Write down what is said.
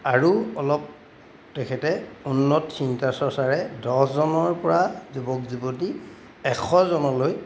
আৰু অলপ তেখেতে উন্নত চিন্তা চৰ্চাৰে দহজনৰপৰা যুৱক যুৱতী এশজনলৈ